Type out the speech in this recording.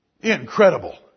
Incredible